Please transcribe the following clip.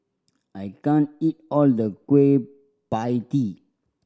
I can't eat all the Kueh Pie Tee